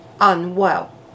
unwell